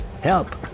Help